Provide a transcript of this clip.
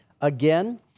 again